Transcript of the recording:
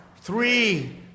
three